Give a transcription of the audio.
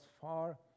far